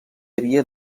havia